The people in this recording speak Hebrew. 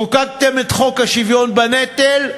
חוקקתם את חוק השוויון בנטל,